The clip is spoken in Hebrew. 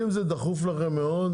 אם זה דחוף לכם מאוד,